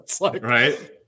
right